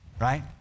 Right